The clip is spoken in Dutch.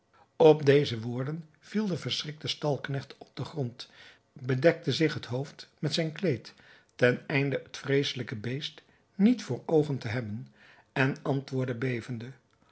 op deze woorden viel de verschrikte stalknecht op den grond bedekte zich het hoofd met zijn kleed ten einde het vreeselijke beest niet voor oogen te hebben en antwoordde bevende